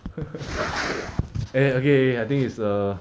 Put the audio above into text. !aiya! okay already I think it's err